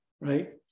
right